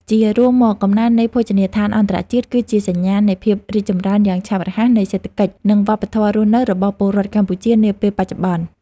ជារួមមក កំណើននៃភោជនីយដ្ឋានអន្តរជាតិ គឺជាសញ្ញាណនៃភាពរីកចម្រើនយ៉ាងឆាប់រហ័សនៃសេដ្ឋកិច្ច និងវប្បធម៌រស់នៅរបស់ពលរដ្ឋកម្ពុជានាពេលបច្ចុប្បន្ន។